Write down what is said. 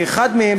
ואחד מהם,